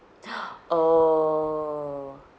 oh